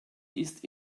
ist